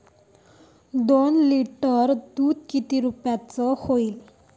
दोन लिटर दुध किती रुप्याचं हाये?